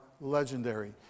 legendary